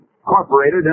incorporated